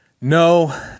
No